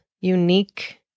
unique